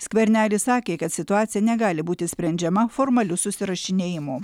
skvernelis sakė kad situacija negali būti sprendžiama formaliu susirašinėjimu